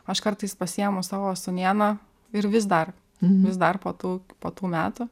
aš kartais pasiimu savo sūnėną ir vis dar vis dar po tų po tų metų